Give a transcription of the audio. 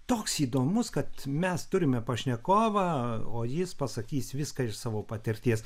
toks įdomus kad mes turime pašnekovą o jis pasakys viską iš savo patirties